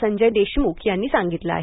संजय देशमुख यांनी सांगितलं आहे